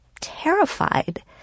terrified